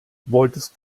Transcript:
wolltest